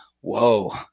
whoa